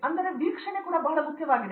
ಆದ್ದರಿಂದ ವೀಕ್ಷಣೆ ಕೂಡ ಬಹಳ ಮುಖ್ಯವಾಗಿದೆ